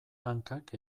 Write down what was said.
hankak